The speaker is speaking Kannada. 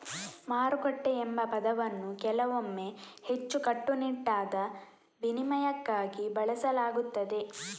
ಮಾರುಕಟ್ಟೆ ಎಂಬ ಪದವನ್ನು ಕೆಲವೊಮ್ಮೆ ಹೆಚ್ಚು ಕಟ್ಟುನಿಟ್ಟಾದ ವಿನಿಮಯಕ್ಕಾಗಿ ಬಳಸಲಾಗುತ್ತದೆ